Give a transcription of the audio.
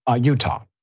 Utah